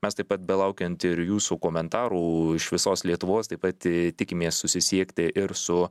mes taip pat belaukiant ir jūsų komentarų iš visos lietuvos taip pat tikimės susisiekti ir su